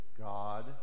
God